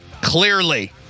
Clearly